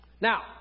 Now